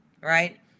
right